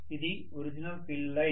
ఇది original field line